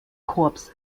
korps